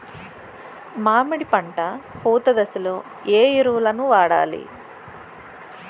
మామిడి పంట పూత దశలో ఏ ఎరువులను వాడాలి?